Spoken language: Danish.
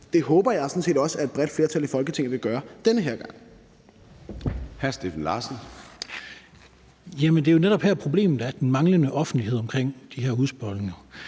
jeg sådan set også at et bredt flertal i Folketinget vil gøre den her gang.